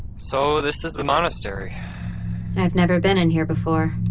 so this is the monastery i've never been in here before.